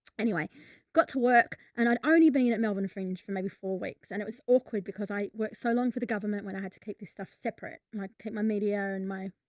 anyway, i've got to work and i'd only been and at melbourne fringe for maybe four weeks. and it was awkward because i worked so long for the government when i had to keep this stuff separate, like keep my media and my